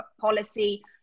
policy